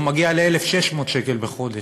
הוא מגיע ל-1,600 שקל בחודש.